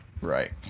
Right